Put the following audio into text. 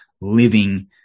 living